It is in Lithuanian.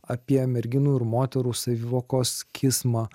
apie merginų ir moterų savivokos kismą